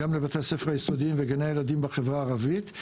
גם לבתי הספר היסודיים וגני ילדים בחברה הערבית.